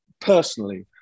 personally